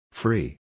free